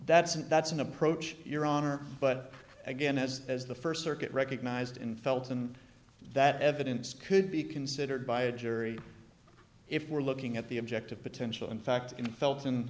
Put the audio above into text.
that's an that's an approach your honor but again as as the first circuit recognized in felton that evidence could be considered by a jury if we're looking at the objective potential in fact in